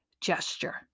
gesture